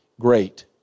Great